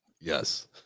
yes